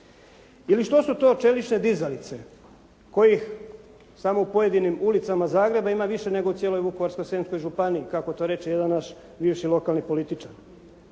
Ili što su to čelične dizalice kojih samo u pojedinim ulicama Zagreba ima više nego u cijeloj Vukovarsko-srijemskoj županiji kako to reče jedan naš bivši lokalni političar.